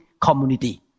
community